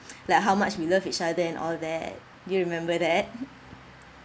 like how much we love each other and all that do you remember that